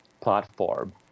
platform